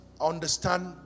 understand